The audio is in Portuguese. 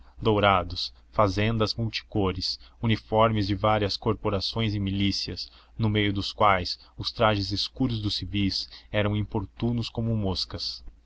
dourados fazendas multicores uniformes de várias corporações e milícias no meio dos quais os trajes escuros dos civis eram importunos como moscas